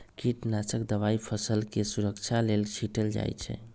कीटनाशक दवाई फसलके सुरक्षा लेल छीटल जाइ छै